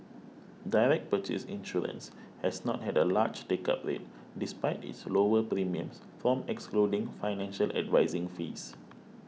direct purchase insurance has not had a large take up rate despite its lower premiums from excluding financial advising fees